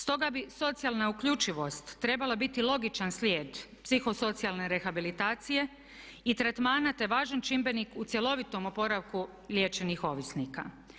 Stoga bi socijalna uključivost trebala biti logičan slijed psiho socijalne rehabilitacije i tretmana, te važan čimbenik u cjelovitom oporavku liječenih ovisnika.